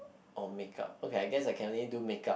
or makeup okay I guess I can only do makeup